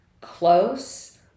close